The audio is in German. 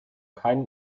keinen